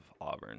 Auburn